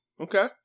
okay